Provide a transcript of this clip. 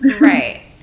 Right